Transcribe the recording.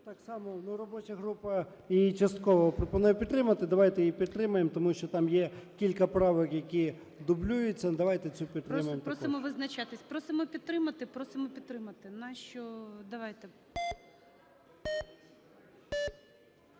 Так само робоча група її частково пропонує підтримати. Давайте її підтримаємо, тому що там є кілька правок, які дублюються. Давайте цю підтримаємо поправку. ГОЛОВУЮЧИЙ. Просимо визначатись. Просимо підтримати. Просимо підтримати. Давайте.